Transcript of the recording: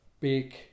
big